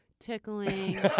Tickling